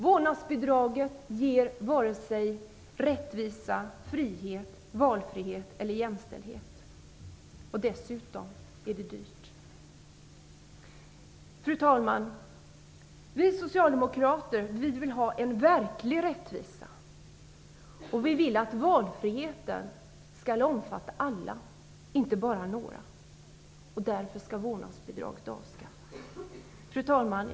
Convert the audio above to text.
Vårdnadsbidraget ger varken rättvisa, frihet, valfrihet eller jämställdhet. Dessutom är det dyrt. Fru talman! Vi socialdemokrater vill ha en verklig rättvisa, och vi vill att valfriheten skall omfatta alla, inte bara några. Därför skall vårdnadsbidraget avskaffas. Fru talman!